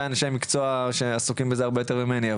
אנשי מקצוע שעסוקים בזה הרבה יותר ממני.